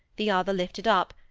the other lifted up,